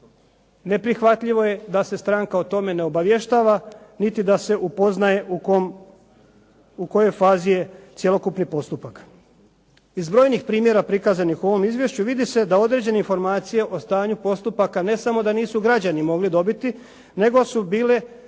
neprihvatljivo je da se stranka o tome ne obavještava niti da se upoznaje u kojoj fazi je cjelokupni postupak. Iz brojnih primjera prikazanih u ovom izvješću vidi se da određene informacije o stanju postupaka ne samo da nisu građani mogli dobiti, nego ih nije